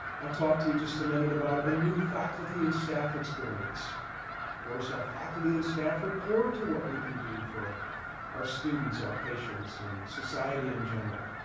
i talked to you just a minute about a new faculty and staff experience. of course, our faculty and staff are core to what we can do for our students, our patients, and society in general.